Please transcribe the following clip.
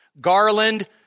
Garland